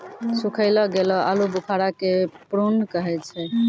सुखैलो गेलो आलूबुखारा के प्रून कहै छै